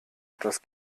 etwas